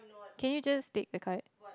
can you just take the card